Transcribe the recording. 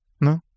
No